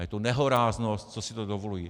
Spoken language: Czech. Je to nehoráznost, co si to dovolují.